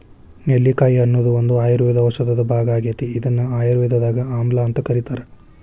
ನೆಲ್ಲಿಕಾಯಿ ಅನ್ನೋದು ಒಂದು ಆಯುರ್ವೇದ ಔಷಧದ ಭಾಗ ಆಗೇತಿ, ಇದನ್ನ ಆಯುರ್ವೇದದಾಗ ಆಮ್ಲಾಅಂತ ಕರೇತಾರ